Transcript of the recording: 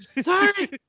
sorry